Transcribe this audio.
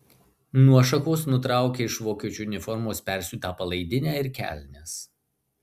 nuo šakos nutraukia iš vokiečių uniformos persiūtą palaidinę ir kelnes